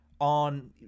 on